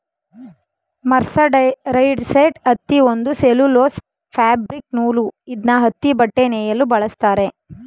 mercerised ಹತ್ತಿ ಒಂದು cellulose fabric ನೂಲು ಇದ್ನ ಹತ್ತಿಬಟ್ಟೆ ನೇಯಲು ಬಳಸ್ತಾರೆ